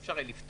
אי אפשר לפתוח.